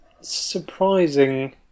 surprising